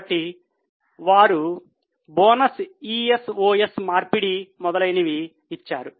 కాబట్టి వారు bonus ESOS మార్పిడి మొదలైనవి ఇచ్చారు